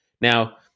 Now